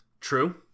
True